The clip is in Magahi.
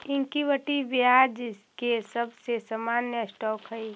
इक्विटी ब्याज के सबसे सामान्य स्टॉक हई